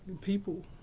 People